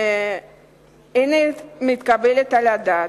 אינה מתקבלת על הדעת.